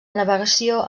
navegació